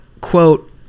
quote